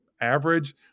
average